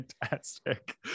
fantastic